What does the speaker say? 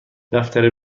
دفتر